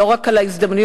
לא רק על ההזדמנויות,